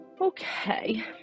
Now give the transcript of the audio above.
Okay